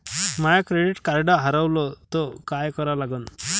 माय credit card हारवलं तर काय करा लागन?